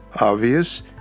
obvious